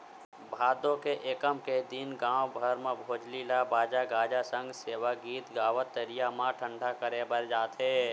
भादो के एकम के दिन गाँव भर म भोजली ल बाजा गाजा सग सेवा गीत गावत तरिया म ठंडा करे बर जाथे